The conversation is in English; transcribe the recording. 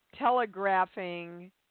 telegraphing